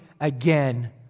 again